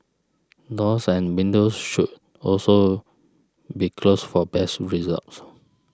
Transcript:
doors and windows should also be closed for best results